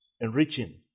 enriching